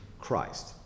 Christ